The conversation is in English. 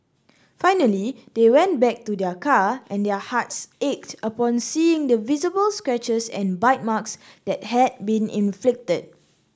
finally they went back to their car and their hearts ached upon seeing the visible scratches and bite marks that had been inflicted